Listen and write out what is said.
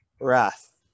wrath